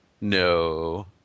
No